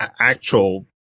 actual